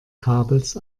kabels